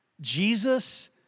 Jesus